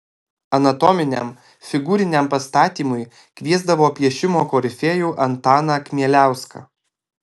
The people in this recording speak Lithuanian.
anatominiam figūriniam pastatymui kviesdavo piešimo korifėjų antaną kmieliauską